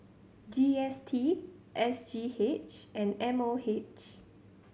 G S T S G H and M O H